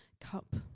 cup